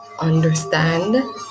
understand